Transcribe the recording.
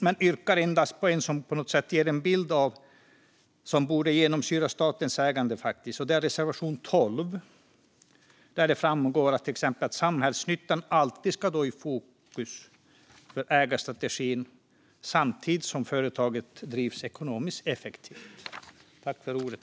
Men jag yrkar endast bifall till en som på något sätt ger en bild som borde genomsyra statens ägande. Det är reservation 12, där det framgår att till exempel samhällsnyttan alltid ska stå i fokus för ägarstrategin samtidigt som företagen drivs ekonomiskt effektivt.